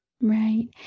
Right